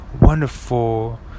wonderful